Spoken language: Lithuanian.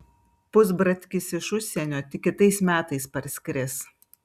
pusbratkis iš užsienio tik kitais metais parskris